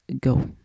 go